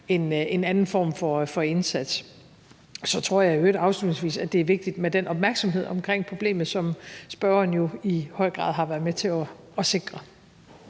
en anden form for indsats. Så tror jeg i øvrigt afslutningsvis, at det er vigtigt med den opmærksomhed omkring problemet, som spørgeren jo i høj grad har været med til at sikre.